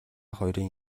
хоёрын